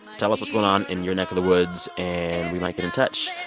tell us what's going on in your neck of the woods and we might get in touch,